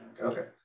Okay